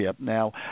Now